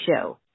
show